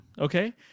okay